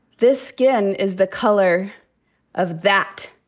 this skin is the color of that.